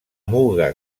muga